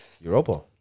Europa